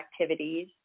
activities